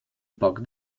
poc